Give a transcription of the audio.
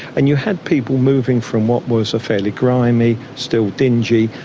and you had people moving from what was a fairly grimy, still dingy,